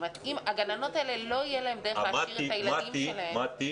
לגננות האלה לא תהיה דרך להשאיר את הילדים שלהן --- מט"י